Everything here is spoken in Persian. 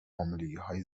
حاملگیهای